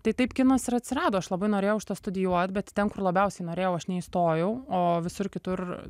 tai taip kinas ir atsirado aš labai norėjau šitą studijuot bet ten kur labiausiai norėjau aš neįstojau o visur kitur